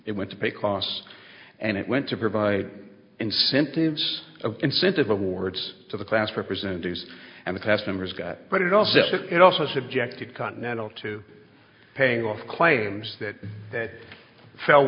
it went to pay cost and it went to provide incentives incentive awards to the class representatives and the class members got but it also it also subjected continental to paying off claims that that fell